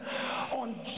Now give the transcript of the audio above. on